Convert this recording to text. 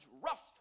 rough